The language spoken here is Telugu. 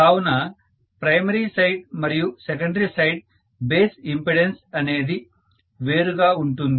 కావున ప్రైమరీ సైడ్ మరియు సెకండరీ సైడ్ బేస్ ఇంపెడన్స్ అనేది వేరు గా ఉంటుంది